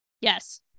Yes